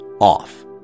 off